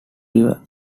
river